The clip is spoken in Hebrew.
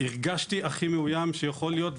הרגשתי הכי מאוים שיכול להיות,